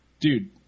Dude